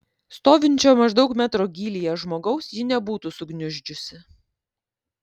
stovinčio maždaug metro gylyje žmogaus ji nebūtų sugniuždžiusi